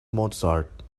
mozart